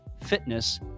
fitness